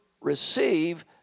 receive